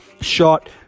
shot